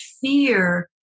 fear